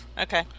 Okay